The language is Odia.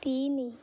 ତିନି